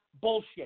bullshit